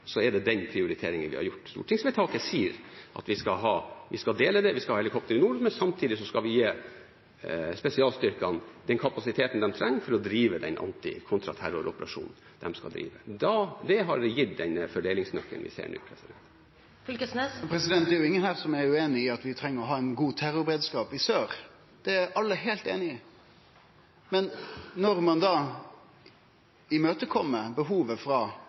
er det denne prioriteringen vi har gjort. Stortingsvedtaket sier at vi skal dele, vi skal ha helikoptre i nord, men samtidig skal vi gi spesialstyrkene den kapasiteten de trenger for å drive den anti- og kontraterroroperasjonen. Det har gitt den fordelingsnøkkelen vi ser nå. Torgeir Knag Fylkesnes – til oppfølgingsspørsmål. Det er ingen her som er ueinig i at vi treng å ha ein god terrorberedskap i sør, det er alle heilt einige i. Men når ein kjem i møte behovet